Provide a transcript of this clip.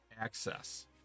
access